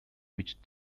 which